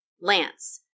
Lance